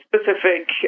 specific